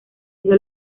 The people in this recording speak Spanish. sido